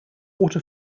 water